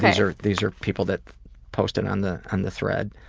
these are these are people that posted on the and thread.